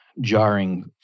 jarring